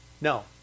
no